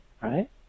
right